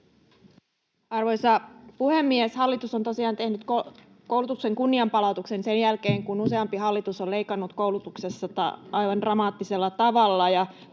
Arvoisa puhemies! Hallitus on tosiaan tehnyt koulutuksen kunnianpalautuksen sen jälkeen, kun useampi hallitus on leikannut koulutuksesta aivan dramaattisella tavalla.